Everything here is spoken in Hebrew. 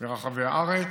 ברחבי הארץ,